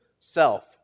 Self